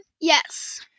Yes